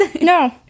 No